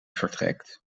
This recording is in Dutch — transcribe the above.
vertrekt